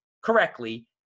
correctly